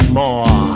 more